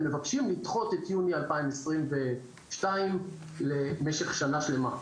מבקשים לדחות את יוני 2022 למשך שנה שלמה.